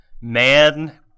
man